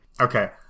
Okay